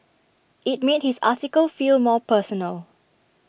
IT made his article feel more personal